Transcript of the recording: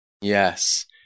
Yes